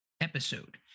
episode